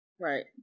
Right